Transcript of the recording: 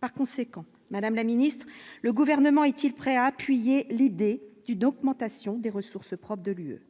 par conséquent, Madame la Ministre, le gouvernement est-il prêt à appuyer l'idée du d'augmentation des ressources propres de l'UE,